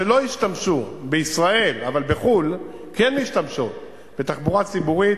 שלא השתמשו בישראל אבל בחו"ל כן משתמשות בתחבורה ציבורית,